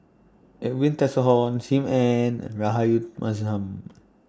Edwin Tessensohn SIM Ann and Rahayu Mahzam